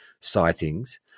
sightings